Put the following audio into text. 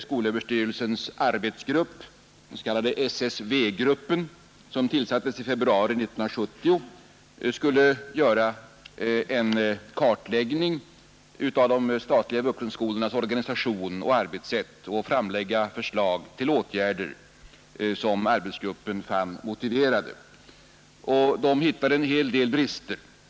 Skolöverstyrelsens arbetsgrupp, den s.k. SSV-gruppen, som tillsattes i februari 1970, skulle göra en kartläggning av de statliga vuxenskolornas organisation och arbetssätt och framlägga förslag till åtgärder som arbetsgruppen fann motiverade. Man hittade en hel del brister.